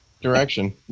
direction